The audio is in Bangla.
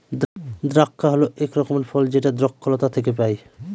দ্রাক্ষা হল এক রকমের ফল যেটা দ্রক্ষলতা থেকে পায়